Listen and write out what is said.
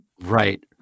Right